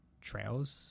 trails